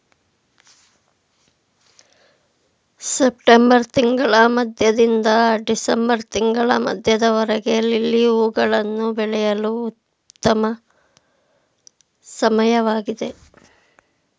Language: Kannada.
ಸೆಪ್ಟೆಂಬರ್ ತಿಂಗಳ ಮಧ್ಯದಿಂದ ಡಿಸೆಂಬರ್ ತಿಂಗಳ ಮಧ್ಯದವರೆಗೆ ಲಿಲ್ಲಿ ಹೂವುಗಳನ್ನು ಬೆಳೆಯಲು ಉತ್ತಮ ಸಮಯವಾಗಿದೆ